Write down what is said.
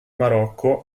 marocco